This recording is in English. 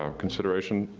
um consideration.